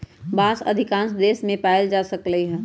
बांस अधिकांश देश मे पाएल जा सकलई ह